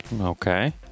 Okay